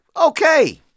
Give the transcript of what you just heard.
Okay